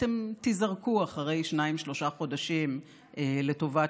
אתם תיזרקו אחרי שניים-שלושה חודשים לטובת